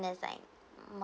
there's like no